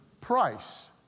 price